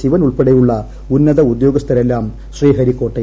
ശിവൻ ഉൾപ്പെടെയുള്ള ഉന്നത ഉദ്യോഗസ്ഥരെല്ലാം ശ്രീഹരിക്കോട്ടയിലുണ്ട്